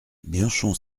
bianchon